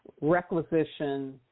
Requisition